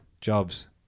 jobs